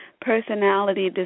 personality